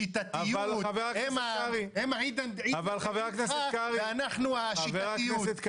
השיטתיות הם העידנא דריתחא ואנחנו השיטתיות.